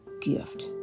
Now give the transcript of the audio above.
gift